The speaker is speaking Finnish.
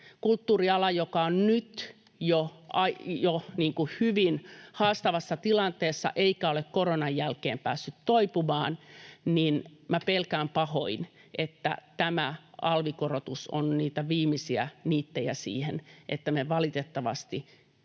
Kulttuuriala on nyt jo hyvin haastavassa tilanteessa eikä ole koronan jälkeen päässyt toipumaan, joten minä pelkään pahoin, että tämä alvikorotus on niitä viimeisiä niittejä siihen, että me valitettavasti nähdään,